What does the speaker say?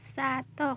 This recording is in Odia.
ସାତ